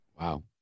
Wow